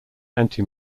anti